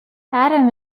adam